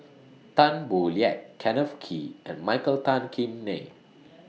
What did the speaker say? Tan Boo Liat Kenneth Kee and Michael Tan Kim Nei